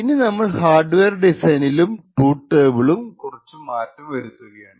ഇനി നമ്മൾ ഹാർഡ്വെയർ ഡിസൈനിലും ട്രൂത് ടേബിളിലും കുറച്ചു മാറ്റം വരുത്തുകയാണ്